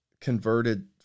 converted